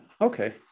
Okay